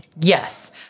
Yes